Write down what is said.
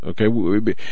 Okay